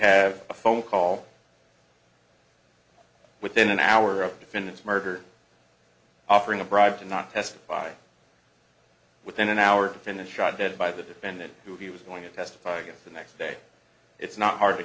have a phone call within an hour of definitive murder offering a bribe to not testify within an hour to finish shot dead by the defendant who he was going to testify against the next day it's not hard to